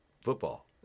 football